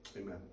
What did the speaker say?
amen